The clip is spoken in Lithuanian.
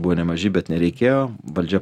buvo nemaži bet nereikėjo valdžia